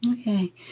Okay